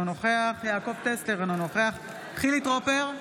אינו נוכח יעקב טסלר, בעד חילי טרופר,